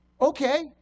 Okay